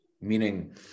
meaning